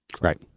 right